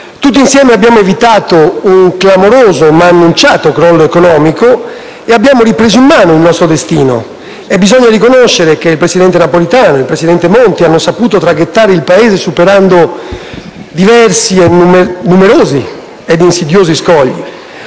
Tutti insieme abbiamo evitato un clamoroso, ma annunciato crollo economico e abbiamo ripreso in mano il nostro destino. Bisogna riconoscere che il presidente Napolitano e il presidente Monti hanno saputo traghettare il Paese superando numerosi ed insidiosi scogli;